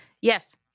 Yes